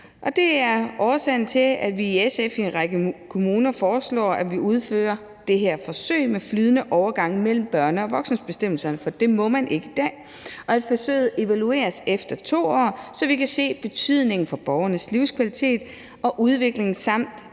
Det er årsagen til, at vi i SF foreslår, at man i en række kommuner udfører det her forsøg med flydende overgange mellem børne- og voksenbestemmelserne, for det må man ikke i dag, og at forsøget evalueres efter 2 år, så vi kan se betydningen for borgernes livskvalitet og udvikling samt